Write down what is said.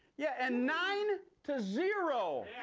yeah, and nine to zero.